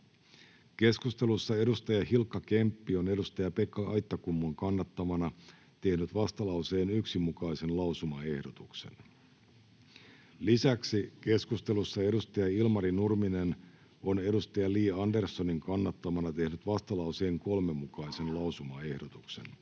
Keskustelussa Hilkka Kemppi on Pekka Aittakummun kannattamana tehnyt vastalauseen 1 mukaisen lausumaehdotuksen. Lisäksi keskustelussa Ilmari Nurminen on Li Anderssonin kannattamana tehnyt vastalauseen 3 mukaisen lausumaehdotuksen.